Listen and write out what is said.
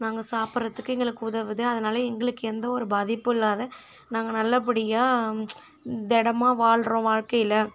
நாங்கள் சாப்பிட்றத்துக்கு எங்களுக்கு உதவுது அதனால எங்களுக்கு எந்த ஒரு பாதிப்பும் இல்லாத நாங்கள் நல்லபடியாக திடமா வாழ்றோம் வாழ்க்கையில்